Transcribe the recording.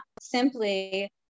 simply